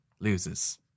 loses